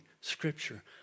Scripture